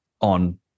on